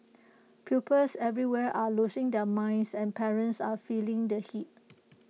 pupils everywhere are losing their minds and parents are feeling the heat